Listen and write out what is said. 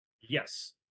Yes